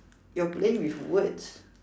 you're playing with words